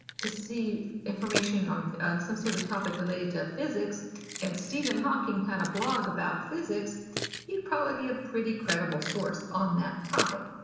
to see information on some sort of topic related to physics and stephen hawking had a blog about physics he'd probably be a pretty credible source on that topic.